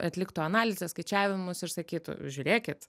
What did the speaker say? atliktų analizę skaičiavimus ir sakytų žiūrėkit